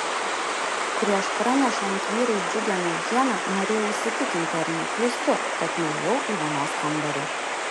prieš pranešant vyrui džiugią naujieną norėjau įsitikinti ar neklystu tad nuėjau į vonios kambarį